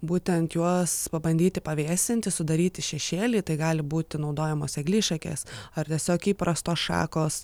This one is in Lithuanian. būtent juos pabandyti pavėsinti sudaryti šešėlį tai gali būti naudojamos eglišakės ar tiesiog įprastos šakos